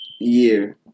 year